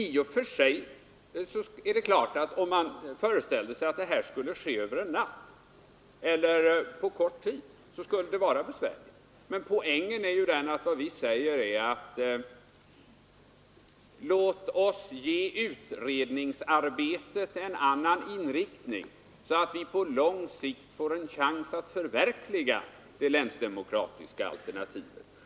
Det är givet, att om man föreställer sig att en sådan ändring skall ske över en natt, eller på kort tid, så skulle det vara besvärligt. Men poängen är ju att vi säger: Låt oss ge utredningsarbetet en annan inriktning, så att vi på lång sikt får en chans att förverkliga det länsdemokratiska alternativet!